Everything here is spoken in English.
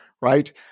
right